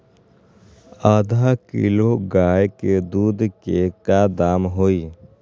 आधा किलो गाय के दूध के का दाम होई?